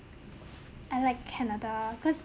I like canada cause